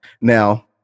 Now